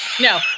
no